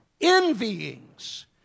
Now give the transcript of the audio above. Envyings